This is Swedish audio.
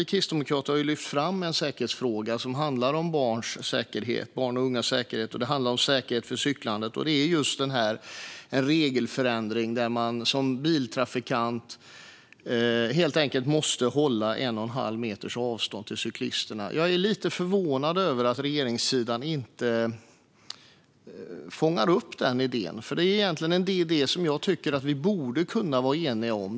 Vi kristdemokrater har lyft fram en säkerhetsfråga som handlar om barns och ungas säkerhet när det gäller cyklandet. Det gäller en regelförändring där man som biltrafikant helt enkelt måste hålla en och en halv meters avstånd till cyklisterna. Jag är lite förvånad över att regeringssidan inte fångar upp denna idé, för det här är något som jag tycker att vi egentligen borde kunna vara eniga om.